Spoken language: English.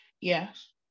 Yes